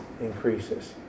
increases